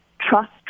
trust